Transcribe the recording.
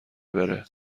بره